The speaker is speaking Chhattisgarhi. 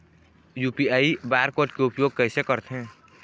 यू.पी.आई बार कोड के उपयोग कैसे करथें?